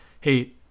hey